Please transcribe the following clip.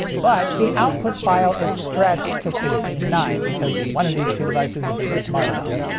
but, the output file is stretched to sixteen nine because one of these two devices isn't smart enough.